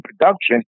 production